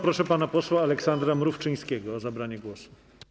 Proszę pana posła Aleksandra Mrówczyńskiego o zabranie głosu.